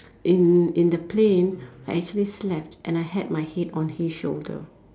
in in the plane I actually slept and I had my head on his shoulder